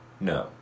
No